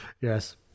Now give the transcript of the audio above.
Yes